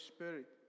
Spirit